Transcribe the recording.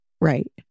Right